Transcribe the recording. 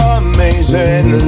amazing